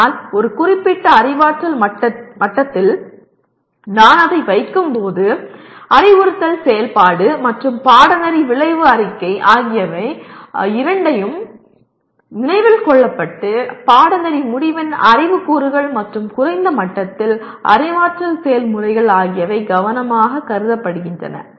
ஆனால் ஒரு குறிப்பிட்ட அறிவாற்றல் மட்டத்தில் நான் அதை வைக்கும் போது அறிவுறுத்தல் செயல்பாடு மற்றும் பாடநெறி விளைவு அறிக்கை ஆகிய இரண்டையும் நினைவில் கொள்ளப்பட்டு பாடநெறி முடிவின் அறிவு கூறுகள் மற்றும் குறைந்த மட்டத்தில் அறிவாற்றல் செயல்முறைகள் ஆகியவை கவனமாக கருதப்படுகின்றன